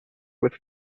with